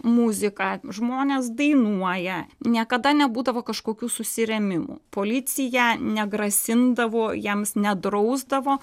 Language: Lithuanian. muzika žmonės dainuoja niekada nebūdavo kažkokių susirėmimų policija negrasindavo jiems nedrausdavo